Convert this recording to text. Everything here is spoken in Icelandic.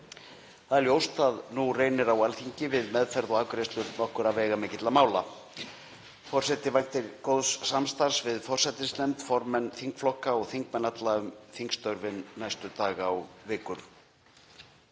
Það er ljóst að nú reynir á Alþingi við meðferð og afgreiðslur nokkurra veigamikilla mála. Forseti væntir góðs samstarfs við forsætisnefnd, formenn þingflokka og þingmenn alla um þingstörfin næstu daga og vikur.